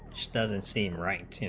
just doesn't seem right